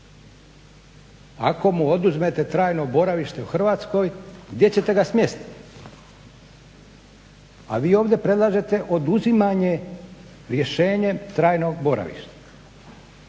ako mu oduzmete trajno boravište u Hrvatskoj gdje ćete ga smjestiti. A vi ovdje predlažete oduzimanje, rješenje trajnog boravišta.